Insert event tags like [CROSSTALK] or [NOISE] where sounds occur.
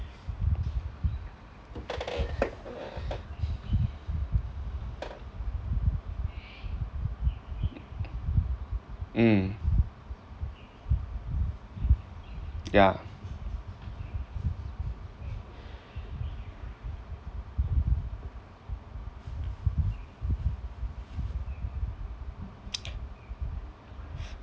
mm yeah [NOISE]